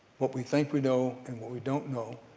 what we think we know, and what we don't know,